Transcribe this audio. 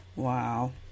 Wow